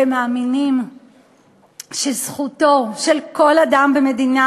והם מאמינים שזכותו של כל אדם במדינה